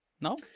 No